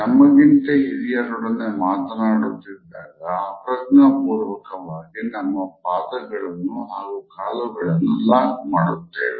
ನಮಗಿಂತ ಹಿರಿಯರೊಡನೆ ಮಾತನಾಡುತ್ತಿದ್ದಾಗ ಅಪ್ರಜ್ಞಾಪೂರ್ವಕವಾಗಿ ನಮ್ಮ ಪಾದಗಳನ್ನು ಹಾಗೂ ಕಾಲುಗಳನ್ನು ಲಾಕ್ ಮಾಡುತ್ತೇವೆ